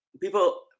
people